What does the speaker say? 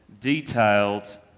detailed